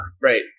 Right